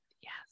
Yes